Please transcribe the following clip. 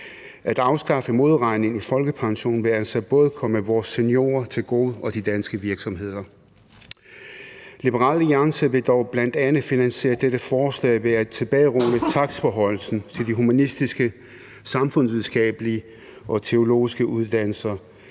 At afskaffe modregningen i folkepensionen vil altså komme både vores seniorer og de danske virksomheder til gode. Liberal Alliance vil dog bl.a. finansiere dette forslag ved at tilbagerulle takstforhøjelsen til de humanistiske, samfundsvidenskabelige og teologiske uddannelser.